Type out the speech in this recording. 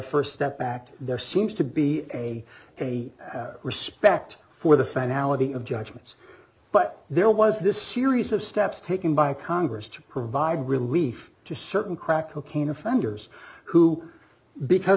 st step back there seems to be a respect for the finality of judgments but there was this series of steps taken by congress to provide relief to certain crack cocaine offenders who because